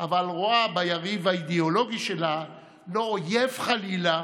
אבל רואה ביריב האידיאולוגי שלה לא אויב, חלילה,